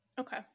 Okay